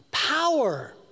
Power